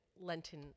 Lenten